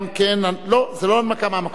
גם כן, לא, זו לא הנמקה מהמקום.